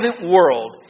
world